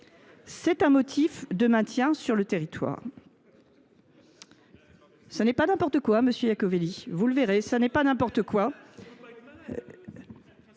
cas un motif de maintien sur le territoire.